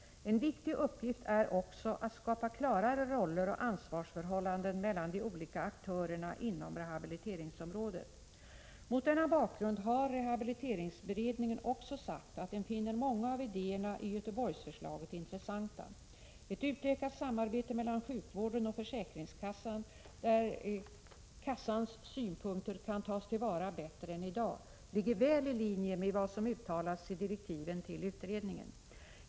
En viktig uppgift är också att skapa klarare roller och ansvarsförhållanden mellan de olika aktörerna inom rehabiliteringsområdet. Mot denna bakgrund har rehabiliteringsberedningen också sagt att den finner många av idéerna i Göteborgsförslaget intressanta. Ett utökat samarbete mellan sjukvården och försäkringskassan, där kassans synpunkter kan tas till vara bättre än i dag, ligger väl i linje med vad som uttalats i direktiven till utredningen.